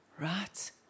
Right